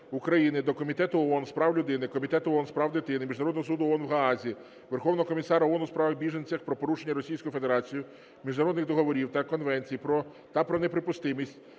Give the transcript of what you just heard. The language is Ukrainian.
до Комітету ООН з прав людини, Комітету ООН з прав дитини, Міжнародного суду ООН в Гаазі, Верховного комісара ООН у справах біженців про порушення Російською Федерацією міжнародних договорів та конвенцій та про неприпустимість